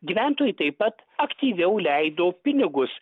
gyventojai taip pat aktyviau leido pinigus